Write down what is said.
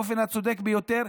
באופן הצודק ביותר,